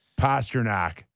Pasternak